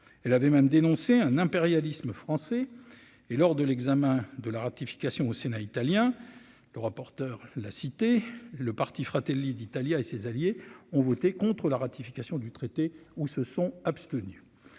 elle avait même dénoncé un impérialisme français et lors de l'examen de la ratification au Sénat italien le rapporteur, la cité le parti Fratelli d'Italia et ses alliés ont voté contre la ratification du traité ou se sont abstenus,